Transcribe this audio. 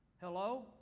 Hello